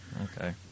Okay